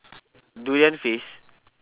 durian feast